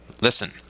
listen